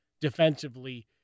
defensively